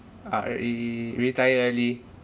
err re~ retire early